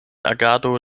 agado